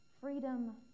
freedom